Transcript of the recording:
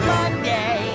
Monday